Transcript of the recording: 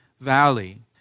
Valley